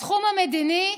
בתחום המדיני,